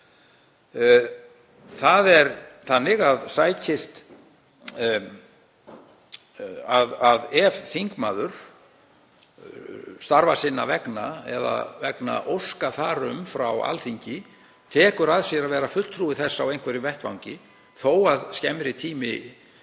sem eru líka sjálfsagðar. Ef þingmaður, starfa sinna vegna eða vegna óska þar um frá Alþingi, tekur að sér að vera fulltrúi þess á einhverjum vettvangi, þó að skemmri tími